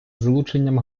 залученням